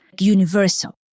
universal